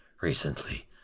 recently